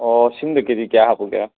ꯑꯣ ꯁꯤꯡꯗ K G ꯀꯌꯥ ꯍꯥꯞꯄꯨꯒꯦ